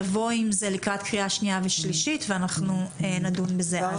תבואו עם זה לקראת קריאה שנייה ושלישית ואנחנו נדון בזה אז.